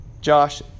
Josh